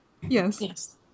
Yes